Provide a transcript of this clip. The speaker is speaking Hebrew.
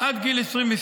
עד גיל 22,